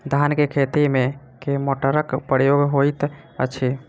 धान केँ खेती मे केँ मोटरक प्रयोग होइत अछि?